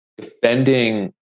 defending